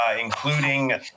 Including